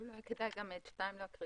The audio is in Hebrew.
אולי כדאי להקריא גם את פסקה (2).